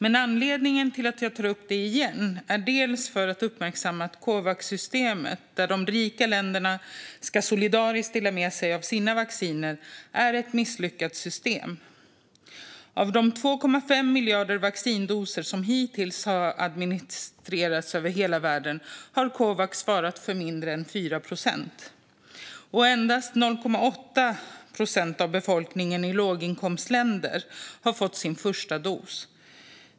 En anledning till att jag tar upp detta igen är att jag vill uppmärksamma att Covaxsystemet, där de rika länderna solidariskt ska dela med sig av sina vacciner, är ett misslyckat system. Av de 2,5 miljarder vaccindoser som hittills har administrerats över hela världen har Covax svarat för mindre än 4 procent. Endast 0,8 procent av befolkningen i låginkomstländer har fått sin första dos.